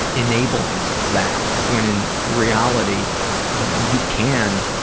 enabling that when in reality you can